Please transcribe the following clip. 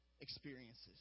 experiences